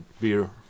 beer